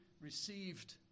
received